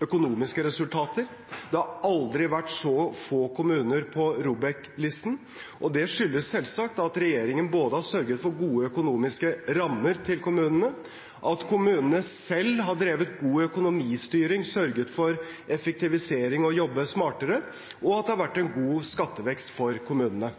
økonomiske resultater. Det har aldri vært så få kommuner på ROBEK-listen, og det skyldes selvsagt at regjeringen har sørget for gode økonomiske rammer til kommunene, at kommunene selv har drevet god økonomistyring, sørget for effektivisering og jobbet smartere, og at det har vært en god skattevekst for kommunene.